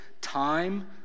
time